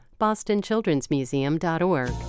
bostonchildrensmuseum.org